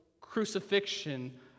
crucifixion